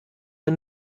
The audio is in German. der